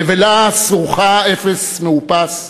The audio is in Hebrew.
נבלה סרוחה, אפס מאופס,